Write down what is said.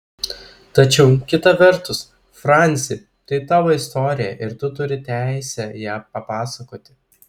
tačiau kita vertus franci tai tavo istorija ir tu turi teisę ją papasakoti